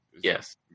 yes